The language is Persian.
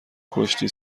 کشتی